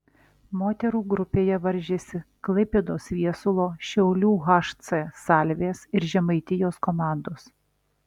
moterų grupėje varžėsi klaipėdos viesulo šiaulių hc salvės ir žemaitijos komandos